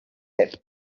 that